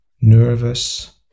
nervous